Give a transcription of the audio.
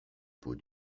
peau